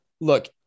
look